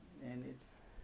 oh